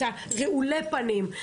את רעולי הפנים.